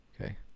Okay